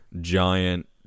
Giant